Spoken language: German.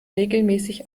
regelmäßig